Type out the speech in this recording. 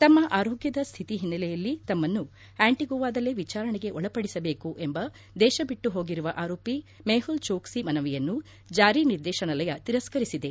ತಮ್ನ ಆರೋಗ್ಭದ ಸ್ವಿತಿ ಹಿನ್ನೆಲೆಯಲ್ಲಿ ತಮ್ನನ್ನು ಆಂಟಿಗುವಾದಲ್ಲೇ ವಿಚಾರಣೆಗೆ ಒಳಪಡಿಸಬೇಕು ಎಂಬ ದೇಶ ಬಿಟ್ಟು ಹೋಗಿರುವ ಆರೋಪಿ ಮೇಹುಲ್ ಜೋಕ್ಷಿ ಮನವಿಯನ್ನು ಜಾರಿ ನಿರ್ದೇಶನಾಲಯ ತಿರಸ್ತರಿಸಿದೆ